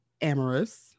amorous